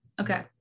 okay